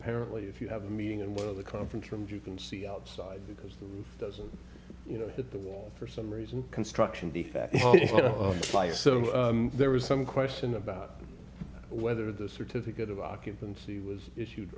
apparently if you have a meeting and one of the conference rooms you can see outside because that doesn't you know that the wall for some reason construction the fire so there was some question about whether the certificate of occupancy was issued